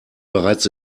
bereits